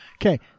Okay